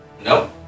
Nope